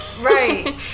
Right